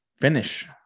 finish